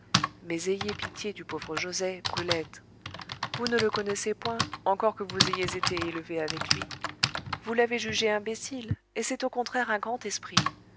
mais ayez pitié du pauvre joset brulette vous ne le connaissez point encore que vous ayez été élevée avec lui vous l'avez jugé imbécile et c'est au contraire un grand esprit